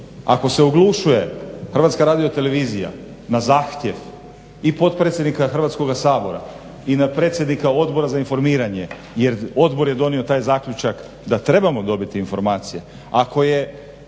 Ako se oglušuje HRT na zahtjev i potpredsjednika Hrvatskoga sabora i na predsjednika Odbora za informiranje jer odbor je donio taj zaključak da trebamo dobiti informacije,